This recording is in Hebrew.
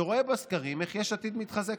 והוא רואה בסקרים איך יש עתיד מתחזקת.